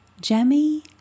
jemmy